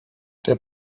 der